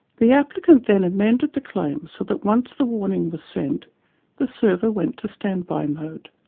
the applicant then amended the claims so that once the warning was sent the server went to stand-by mode.